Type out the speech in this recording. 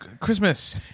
Christmas